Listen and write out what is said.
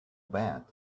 bad